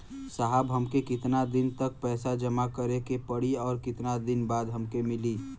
साहब हमके कितना दिन तक पैसा जमा करे के पड़ी और कितना दिन बाद हमके मिली?